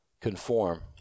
conform